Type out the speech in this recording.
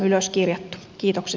kiitokset siitä